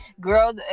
Girl